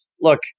look